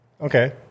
Okay